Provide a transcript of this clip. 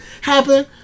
happen